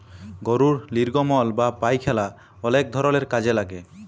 গরুর লির্গমল বা পায়খালা অলেক ধরলের কাজে লাগে